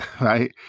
right